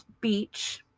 Beach